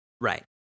Right